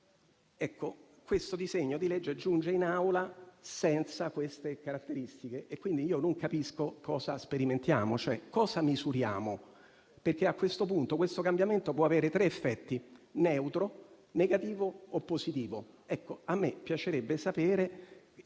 arrivo. Questo disegno di legge, però, giunge in Aula senza queste caratteristiche, per cui non capisco cosa sperimentiamo, cioè cosa misuriamo. A questo punto questo cambiamento può avere tre effetti (neutro, negativo o positivo) e a me piacerebbe sapere